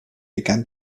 began